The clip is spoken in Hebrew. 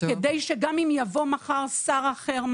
כדי שגם אם יבוא מחר שר אחר,